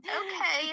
okay